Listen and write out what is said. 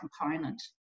component